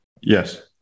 Yes